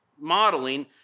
modeling